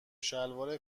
شلوار